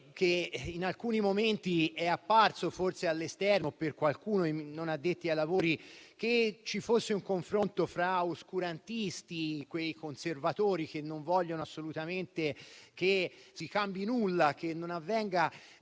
forse in alcuni momenti sarà parso all'esterno ai non addetti ai lavori che ci fosse un confronto fra oscurantisti, ovvero quei conservatori che non vogliono assolutamente che si cambi nulla, che avvenga